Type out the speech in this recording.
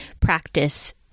practice